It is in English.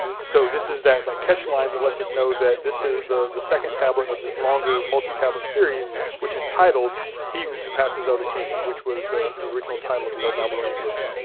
so this is that that catch line to let us know that this is the the second tablet of this longer multi-tablet series which is titled he who surpasses other kings, which was the the original title of the old babylonian version.